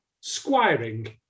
squiring